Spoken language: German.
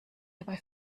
dabei